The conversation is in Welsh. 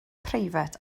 preifat